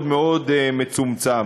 מאוד מאוד מצומצם.